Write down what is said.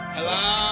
Hello